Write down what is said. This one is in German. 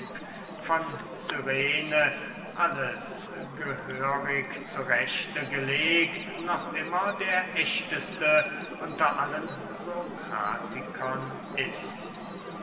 von cyrene alles gehörig zurechte gelegt noch immer der ächteste unter allen sokratikern ist